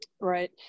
Right